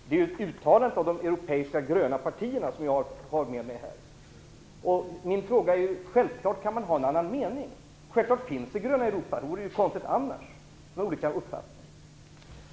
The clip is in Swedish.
Detta är uttalat av de europeiska gröna partierna, ett uttalande som jag har med mig här i kammaren. Sjävfallet kan man ha en annan mening, och självfallet finns det gröna partier i Europa som har olika uppfattningar; konstigt vore det annars.